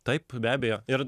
taip be abejo ir